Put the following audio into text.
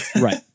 Right